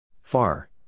Far